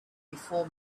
before